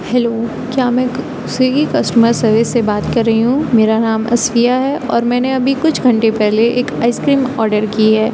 hello کیا میں Swiggy customer service سے بات کر رہی ہوں میرا نام اصفیہ ہے اور میں نے ابھی کچھ گھنٹے پہلے ایک آئیس کریم آرڈر کی ہے